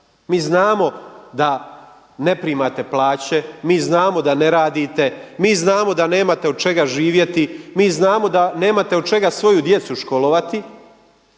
Mi znamo da ne primate plaće, mi znamo da ne radite, mi znamo da nemate od čega živjeti, mi znamo da nemate od čega svoju djecu školovati